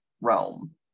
realm